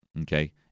Okay